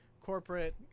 corporate